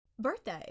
birthday